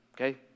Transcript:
okay